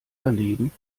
daneben